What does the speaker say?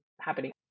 happening